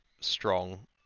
strong